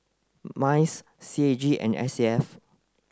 MICE C A G and S A F